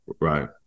Right